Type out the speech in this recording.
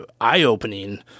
eye-opening